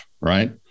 right